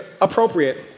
appropriate